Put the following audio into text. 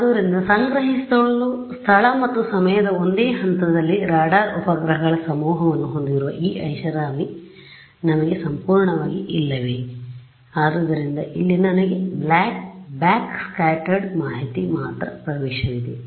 ಆದ್ದರಿಂದ ಸಂಗ್ರಹಿಸಲು ಸ್ಥಳ ಮತ್ತು ಸಮಯದ ಒಂದೇ ಹಂತದಲ್ಲಿ ರಾಡಾರ್ ಉಪಗ್ರಹಗಳ ಸಮೂಹವನ್ನು ಹೊಂದಿರುವ ಈ ಐಷಾರಾಮಿ ನನಗೆ ಸಂಪೂರ್ಣವಾಗಿ ಇಲ್ಲವೇ ಆದ್ದರಿಂದ ಇಲ್ಲಿ ನನಗೆ ಬ್ಯಾಕ್ ಸ್ಕ್ಯಾಟರ್ಡ್ ಮಾಹಿತಿಗೆ ಮಾತ್ರ ಪ್ರವೇಶವಿದೆ